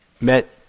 met